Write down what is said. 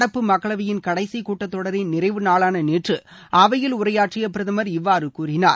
நடப்பு மக்களவையின் கடைசி கூட்டத் தொடரின் நிறைவு நாளான நேற்று அவையில் உரையாற்றிய பிரதமர் இவ்வாறு கூறினார்